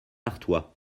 artois